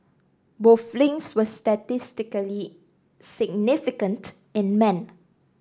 both links were statistically significant in men